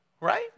Right